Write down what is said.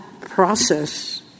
process